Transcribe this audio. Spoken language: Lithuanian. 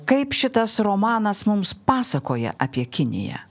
kaip šitas romanas mums pasakoja apie kiniją